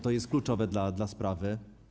To jest kluczowe dla sprawy.